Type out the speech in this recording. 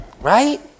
Right